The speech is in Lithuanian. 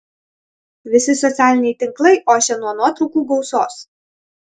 visi socialiniai tinklai ošia nuo nuotraukų gausos